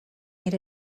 need